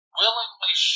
willingly